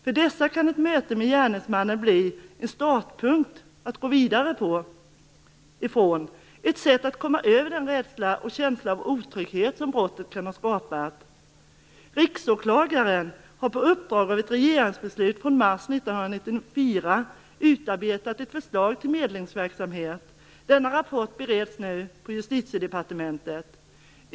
För dem kan ett möte med gärningsmannen bli en startpunkt att gå vidare från, ett sätt att komma över den rädsla och känsla av otrygghet som brottet kan ha skapat. Riksåklagaren har på uppdrag av ett regeringsbeslut från mars 1994 utarbetat ett förslag till medlingsverksamhet. Denna rapport bereds nu på Justitiedepartementet.